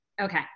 Okay